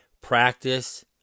practice